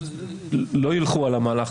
לא ילכו על המהלך,